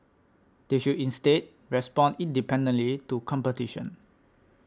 they should instead respond independently to competition